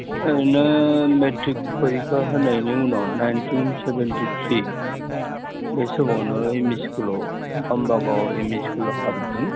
ओरैनो मेट्रिक परिखा होनायनि उनाव नाइन्टिन सेभेन्टिथ्रि बै समावनो एम इ स्कुलाव आम्बागाव एम इ स्कुलाव हाबदों